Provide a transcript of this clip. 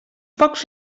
pocs